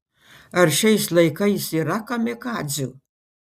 ar šiais laikais yra kamikadzių